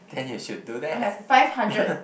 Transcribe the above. then you should do that